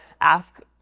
ask